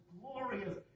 glorious